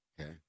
Okay